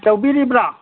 ꯇꯧꯕꯤꯔꯤꯕ꯭ꯔꯥ